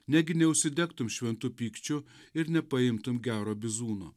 negi neužsidegtum šventu pykčiu ir nepaimtum gero bizūno